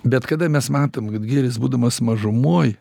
bet kada mes matom kad gėris būdamas mažumoj